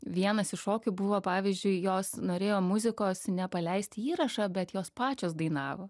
vienas iš šokių buvo pavyzdžiui jos norėjo muzikos nepaleist įrašą bet jos pačios dainavo